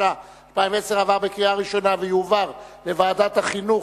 התש"ע 2010, לוועדת החינוך,